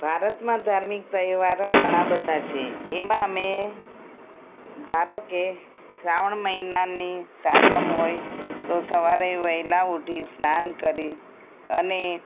ભારતમાં ધાર્મિક તહેવારો ઘણા બધા છે એમાં મેં ધારો કે શ્રાવણ મહિનાની સાતમ હોય તો સવારે વહેલા ઉઠી સ્નાન કરી અને